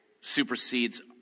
supersedes